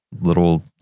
little